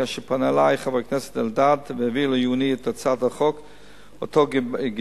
כאשר פנה אלי חבר הכנסת אלדד והביא לעיוני את הצעת החוק שהוא גיבש,